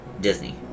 Disney